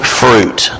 fruit